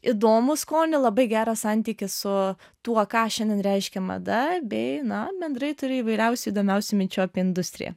įdomų skonį labai gerą santykį su tuo ką šiandien reiškia mada bei na bendrai turi įvairiausių įdomiausių minčių apie industriją